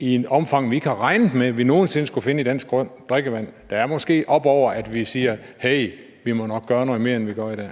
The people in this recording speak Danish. i et omfang, vi ikke har regnet med nogen sinde at skulle finde i dansk drikkevand. Det er måske lige oppe over, at vi siger: Hey, vi må nok gøre noget mere, end vi gør i dag.